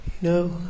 No